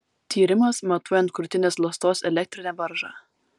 tyrimas matuojant krūtinės ląstos elektrinę varžą